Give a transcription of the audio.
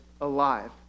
alive